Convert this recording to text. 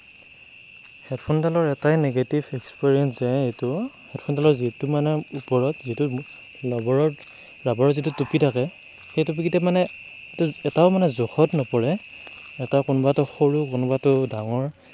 হেডফোনডালৰ এটাই negative experience যে এইটো হেডফোনডালৰ যিটো মানে ওপৰত যিটো ৰবৰৰ ৰবৰৰ যিটো টুপী থাকে সেই টুপীকেইটা মানে তাত এটাও মানে জোখত নপৰে এটা কোনোবাটো সৰু কোনোবাটো ডাঙৰ